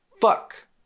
fuck